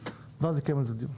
ואז נקיים על זה דיון.